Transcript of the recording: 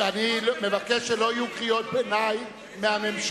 אני מבקש שלא יהיו קריאות ביניים מהממשלה.